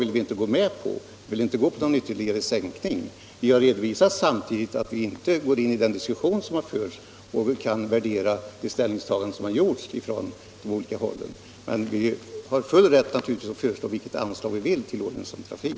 Vi har samtidigt redovisat att 141 vi inte kan gå in i den diskussion som förts för att värdera de avslagsyrkanden som gjorts från olika håll. Men vi har naturligtvis full rätt att föreslå vilket anslag vi vill till olönsam trafik.